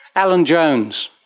alan jones.